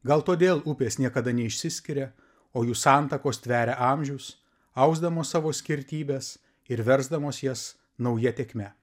gal todėl upės niekada neišsiskiria o jų santakos tveria amžius ausdamos savo skirtybes ir versdamos jas nauja tėkme